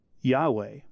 Yahweh